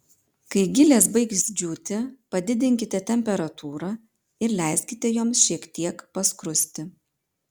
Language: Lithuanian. kai gilės baigs džiūti padidinkite temperatūrą ir leiskite joms šiek tiek paskrusti